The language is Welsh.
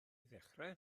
ddechrau